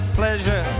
pleasure